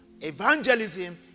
Evangelism